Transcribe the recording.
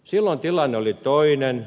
silloin tilanne oli toinen